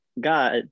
God